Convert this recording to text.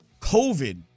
COVID